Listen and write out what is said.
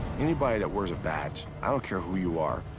anybody that wears a badge. i don't care who you are,